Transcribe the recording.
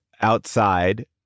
outside